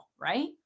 right